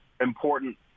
important